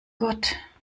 gott